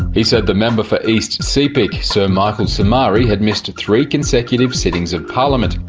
he said the member for east sepik, sir michael somare, had missed three consecutive sittings of parliament,